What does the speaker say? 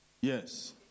Yes